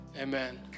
Amen